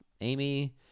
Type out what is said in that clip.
Amy